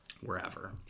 wherever